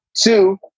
Two